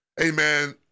amen